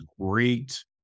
great